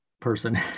person